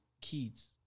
kids